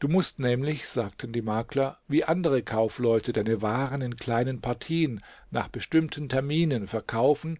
du mußt nämlich sagten die makler wie andere kaufleute deine waren in kleinen partien nach bestimmten terminen verkaufen